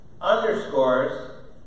underscores